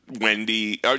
Wendy